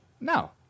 No